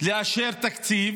לאשר תקציב,